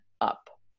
up